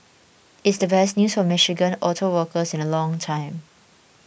it's the best news for Michigan auto workers in a long time